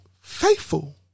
faithful